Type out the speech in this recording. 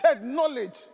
knowledge